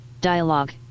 dialogue